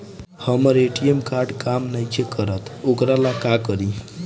हमर ATM card काम नईखे करत वोकरा ला का करी?